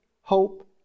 hope